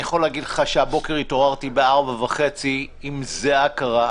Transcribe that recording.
אני יכול להגיד לך שהבוקר התעוררתי ב-04:00 בזיעה קרה.